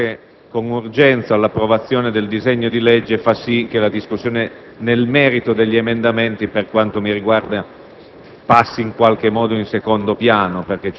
la stessa necessità di arrivare con urgenza all'approvazione del disegno di legge fa sì che la discussione nel merito degli emendamenti, per quanto mi riguarda,